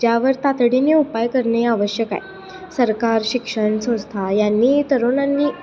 ज्यावर तातडीने उपाय करणे आवश्यक आहे सरकार शिक्षणसंस्था यांनी तरुणांनी